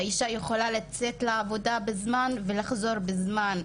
שהאישה יכולה לצאת לעבודה בזמן ולחזור בזמן.